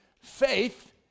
Faith